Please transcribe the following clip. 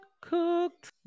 Cooked